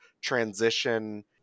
transition